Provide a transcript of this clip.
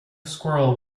squirrel